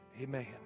Amen